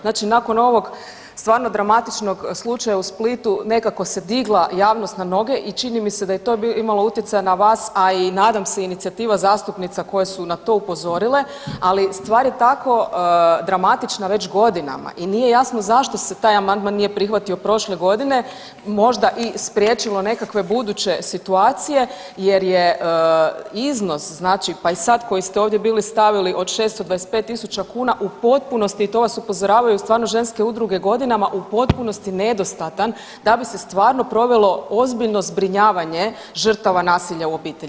Znači nakon ovog stvarno dramatičnog slučaja u Splitu nekako se digla javnost na noge i čini mi se da je to imalo utjecaja na vas, a i nadam se, inicijativa zastupnica koje su na to upozorile, ali stvar je tako dramatična već godinama i nije jasno zašto se taj amandman nije prihvatio prošle godine, možda i spriječilo nekakve buduće situacije jer je iznos znači, pa i sad koji ste ovdje bili stavili od 625 tisuća kuna u potpunosti i to vas upozoravaju stvarno ženske udruge godinama, u potpunosti nedostatan da bi se stvarno provelo ozbiljno zbrinjavanje žrtava nasilja u obitelji.